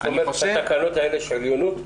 לתקנות האלה יש עליונות?